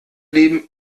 leben